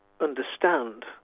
understand